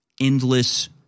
endless